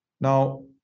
Now